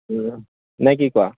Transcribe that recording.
নে কি কোৱা